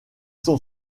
sont